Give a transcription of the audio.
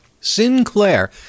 Sinclair